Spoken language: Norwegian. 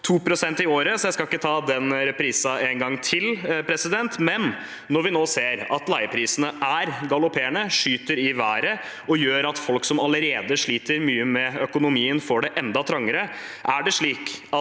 i året. Jeg skal ikke ta den reprisen en gang til, men når vi nå ser at leieprisene er galopperende, skyter i været og gjør at folk som allerede sliter mye med økonomien, får det enda trangere: Er det slik at